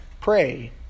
pray